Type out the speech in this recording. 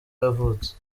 yavutse